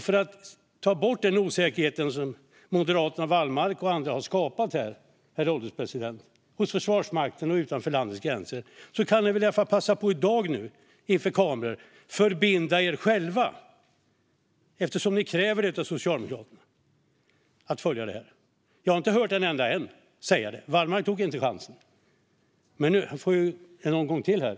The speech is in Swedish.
För att ta bort den osäkerhet som Moderaterna och Wallmark och andra har skapat här, herr ålderspresident, hos Försvarsmakten och utanför landets gränser kan ni väl i alla fall passa på att i dag, inför kameror, förbinda er själva eftersom ni kräver det av Socialdemokraterna. Jag har inte hört en enda ledamot säga det. Wallmark tog inte chansen, men det blir ju en omgång till här,